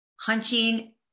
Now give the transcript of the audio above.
hunching